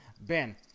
Ben